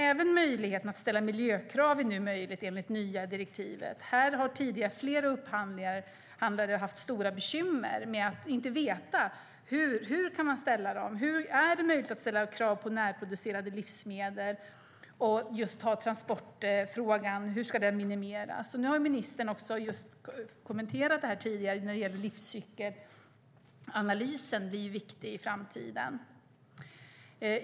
Även möjligheten att ställa miljökrav finns nu, enligt det nya direktivet. Här har tidigare flera upphandlare haft stora bekymmer med att inte veta hur man kan ställa krav på exempelvis närproducerade livsmedel eller hur transportfrågan ska lösas. Ministern har just kommenterat livscykelanalysen som blir viktig i framtiden.